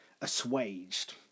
assuaged